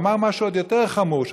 הוא אמר משהו עוד יותר חמור,